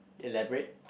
elaborate